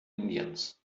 indiens